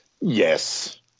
Yes